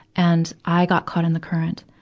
and i got caught in the current.